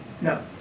no